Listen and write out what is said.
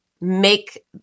make